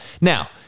Now